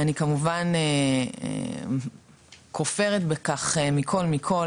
אני כמובן כופרת בכך מכל וכל,